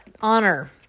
honor